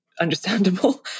understandable